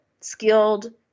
skilled